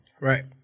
Right